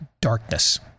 darkness